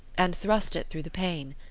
and thrust it through the pane.